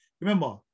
remember